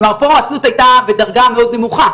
כלומר פה התלות הייתה בדרגה מאוד נמוכה,